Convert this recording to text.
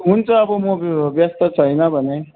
हुन्छ अब म व्यस्त छैन भने